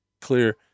clear